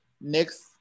next